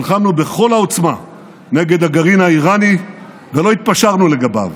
נלחמנו בכל העוצמה נגד הגרעין האיראני ולא התפשרנו לגביו.